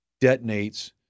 detonates